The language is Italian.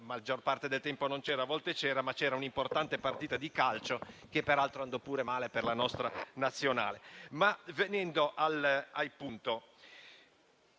maggior parte del tempo non c'è stato visto che era in corso un'importante partita di calcio, che peraltro andò pure male per la nostra Nazionale.